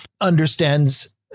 understands